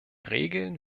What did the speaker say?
regeln